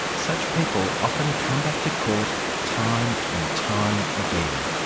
such people often come back to court time and time again.